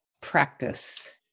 practice